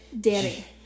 Danny